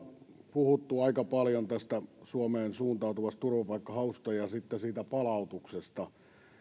puhuttu aika paljon suomeen suuntautuvasta turvapaikanhausta ja sitten palautuksesta